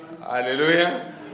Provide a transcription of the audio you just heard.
Hallelujah